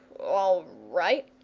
all right,